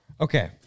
Okay